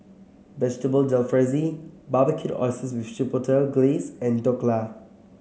Vegetable Jalfrezi Barbecued Oysters with Chipotle Glaze and Dhokla